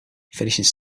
finishing